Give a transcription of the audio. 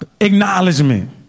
Acknowledgement